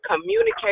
communicate